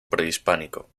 prehispánico